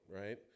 right